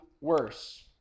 worse